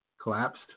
collapsed